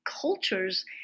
cultures